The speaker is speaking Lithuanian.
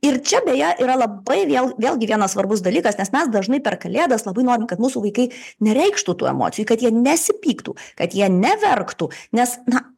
ir čia beje yra labai vėl vėlgi vienas svarbus dalykas nes mes dažnai per kalėdas labai norim kad mūsų vaikai nereikštų tų emocijų kad jie nesipyktų kad jie neverktų nes na